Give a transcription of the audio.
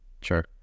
Sure